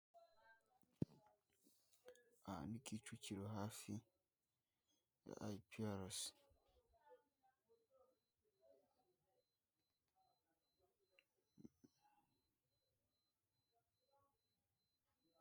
Aha ni Kicukiro hafi ya ayipiyarasi.